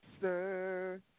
sir